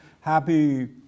Happy